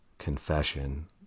confession